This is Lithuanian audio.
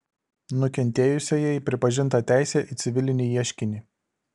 nukentėjusiajai pripažinta teisė į civilinį ieškinį